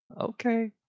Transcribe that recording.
okay